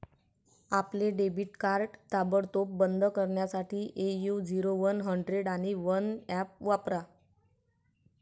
आपले debit card ताबडतोब बंद करण्यासाठी ए.यू झिरो वन हंड्रेड आणि वन ऍप वापरा